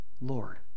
Lord